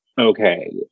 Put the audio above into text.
okay